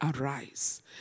arise